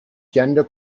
gender